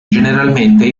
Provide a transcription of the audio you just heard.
generalmente